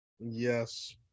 Yes